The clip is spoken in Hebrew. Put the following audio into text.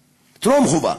טרום-חובה,